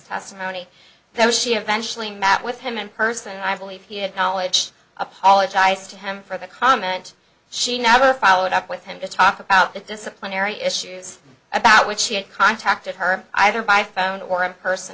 testimony that she eventually met with him in person and i believe he had knowledge apologized to him for the comment she never followed up with him to talk about the disciplinary issues about which she had contacted her either by phone or in person